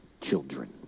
children